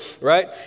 right